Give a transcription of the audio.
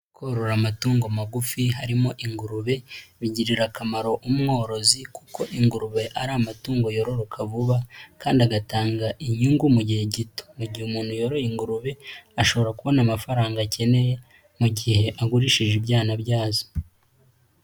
Korora amatungo magufi harimo ingurube bigirira akamaro umworozi kuko ingurube ari amatungo yororoka vuba kandi agatanga inyungu mu gihe gito, mu gihe umuntu yoroye ingurube ashobora kubona amafaranga akeneye mu gihe agurishije ibyana byazo.